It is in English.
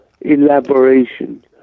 elaboration